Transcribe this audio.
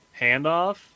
handoff